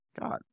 God